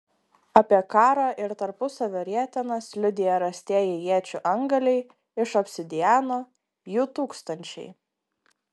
apie karą ir tarpusavio rietenas liudija rastieji iečių antgaliai iš obsidiano jų tūkstančiai